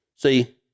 See